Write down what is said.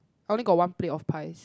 I only got one plate of pies